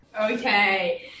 Okay